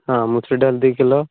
ହଁ ମଶୁର ଡାଲ ଦୁଇ କିଲୋ